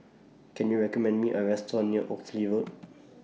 Can YOU recommend Me A Restaurant near Oxley Road